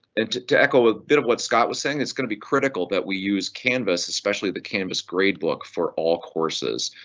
and to to echo a bit of what scott was saying, it's gonna be critical that we use canvas, especially the canvas grade book for all courses.